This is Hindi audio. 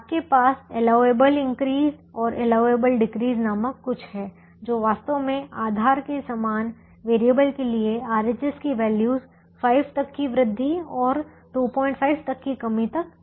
आपके पास एलाऊएबल इनक्रीज और एलाओएबल डिक्रीज नामक कुछ हैं जो वास्तव में आधार में समान वेरिएबल के लिए RHS की वैल्यू 5 तक की वृद्धि और 25 तक की कमी तक जा सकती हैं